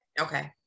Okay